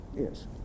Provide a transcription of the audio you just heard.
Yes